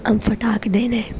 અન ફટાક દઈને